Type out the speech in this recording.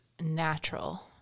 natural